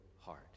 heart